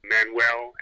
Manuel